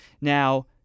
Now-